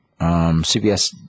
CBS